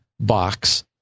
box